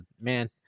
man